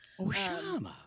Osama